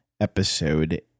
episode